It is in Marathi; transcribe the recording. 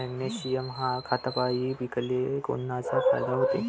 मॅग्नेशयम ह्या खतापायी पिकाले कोनचा फायदा होते?